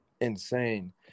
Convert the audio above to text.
insane